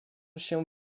się